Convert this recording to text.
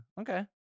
Okay